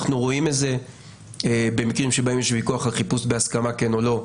אנחנו רואים את זה במקרים שבהם יש ויכוח על החיפוש בהסכמה כן או לא,